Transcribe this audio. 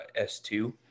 S2